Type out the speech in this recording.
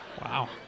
Wow